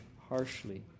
harshly